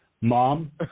Mom